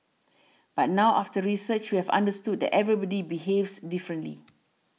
but now after research we have understood that everybody behaves differently